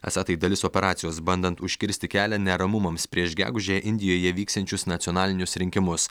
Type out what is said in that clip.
esą tai dalis operacijos bandant užkirsti kelią neramumams prieš gegužę indijoje vyksiančius nacionalinius rinkimus